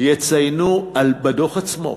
שיציינו בדוח עצמו,